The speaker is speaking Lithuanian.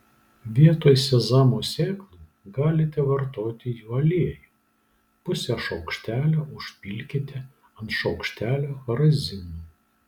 vietoj sezamo sėklų galite vartoti jų aliejų pusę šaukštelio užpilkite ant šaukštelio razinų